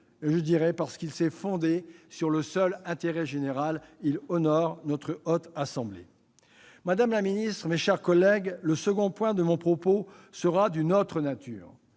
du Sénat. Parce qu'il s'est fondé sur le seul intérêt général, il honore notre Haute Assemblée. Madame la ministre, mes chers collègues, le second point de mon propos sera d'une autre nature.